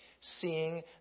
seeing